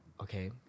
okay